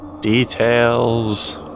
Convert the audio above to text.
Details